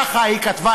ככה היא כתבה,